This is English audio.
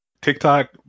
TikTok